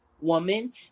woman